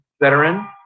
veteran